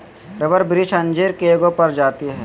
rubber वृक्ष अंजीर के एगो प्रजाति हइ